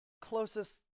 closest